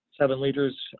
seven-liters